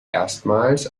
erstmals